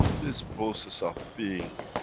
this process of being,